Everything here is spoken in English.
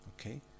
Okay